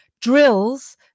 drills